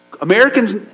Americans